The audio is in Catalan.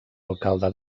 alcalde